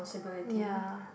ya